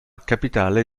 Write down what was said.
capitale